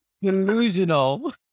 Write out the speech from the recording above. Delusional